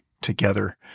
together